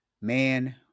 man